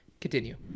Continue